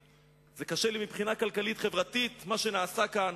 קשה לי מבחינה כלכלית-חברתית מה שנעשה כאן,